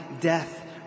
death